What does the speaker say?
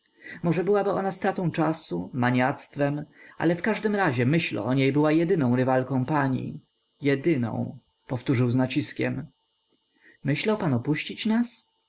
może byłaby ona stratą czasu maniactwem ale w każdym razie myśl o niej była jedyną rywalką pani jedyną powtórzył z naciskiem myślał pan opuścić nas